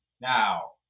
Now